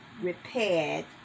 repaired